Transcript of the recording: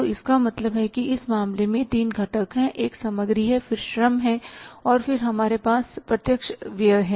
तो इसका मतलब है कि इस मामले में ये तीन घटक हैं एक सामग्री है फिर श्रम है और फिर हमारे पास प्रत्यक्ष व्यय है